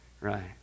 Right